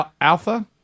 Alpha